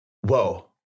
whoa